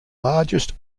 largest